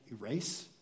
erase